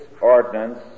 ordinance